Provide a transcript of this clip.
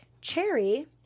Cherry